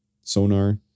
sonar